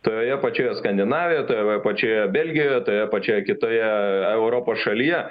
toje pačioje skandinavijoje toje pačioje belgijoje toje pačioje kitoje europos šalyje